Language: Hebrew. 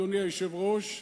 אדוני היושב-ראש,